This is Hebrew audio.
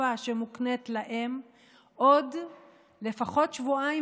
לתקופה שמוקנית להם עוד לפחות שבועיים,